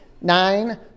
nine